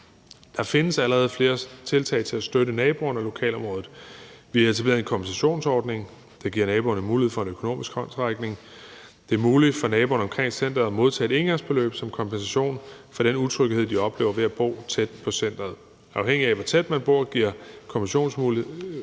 Der findes allerede flere tiltag til at støtte naboerne og lokalområdet. Vi har etableret en kompensationsordning, der giver naboerne mulighed for en økonomisk håndsrækning. Det er muligt for naboerne omkring centeret at modtage et engangsbeløb som kompensation for den utryghed, de oplever ved at bo tæt på centeret. Afhængigt af hvor tæt på man bor, giver kompensationsordningen